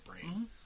brain